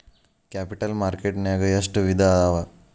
Capital market ನ್ಯಾಗ್ ಎಷ್ಟ್ ವಿಧಾಅವ?